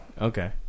okay